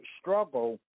struggle